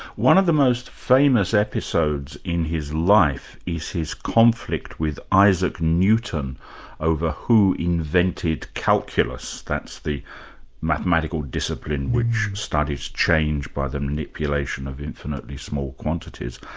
one of the most famous episodes in his life is his conflict with isaac newton over who invented calculus, that's the mathematical discipline which studies change by the manipulation of infinitely small quantities,